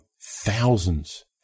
thousands